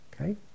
Okay